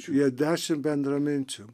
jie dešimt bendraminčių